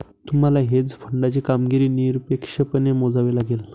तुम्हाला हेज फंडाची कामगिरी निरपेक्षपणे मोजावी लागेल